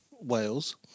Wales